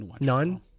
None